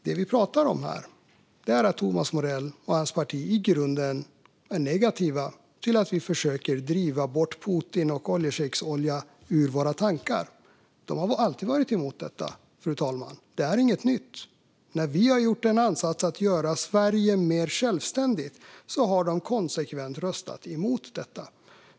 Det vi pratar om här är att Thomas Morell och hans parti i grunden är negativa till att vi försöker driva bort Putin och oljeshejksolja ur våra tankar. De har alltid varit emot detta, fru talman. Det är inget nytt. När vi har gjort en ansats att göra Sverige mer självständigt har de konsekvent röstat emot detta.